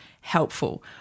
helpful